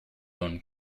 own